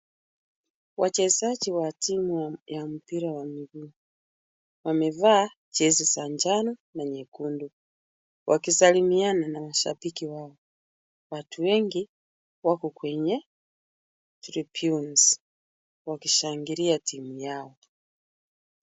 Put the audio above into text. Wachezaji wa timu ya mpira wa miguu, wamevaa jezi za njano na nyekundu, wakisalimiana na mashabiki wao. Watu wengi wako kwenye virutunes wakishangilia timu yao.